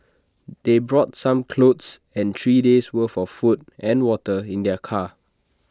they brought some clothes and three days' worth of food and water in their car